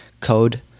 code